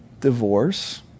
divorce